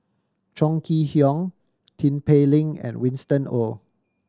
Chong Kee Hiong Tin Pei Ling and Winston Oh